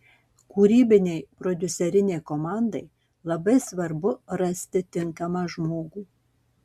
kūrybinei prodiuserinei komandai labai svarbu rasti tinkamą žmogų